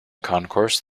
concourse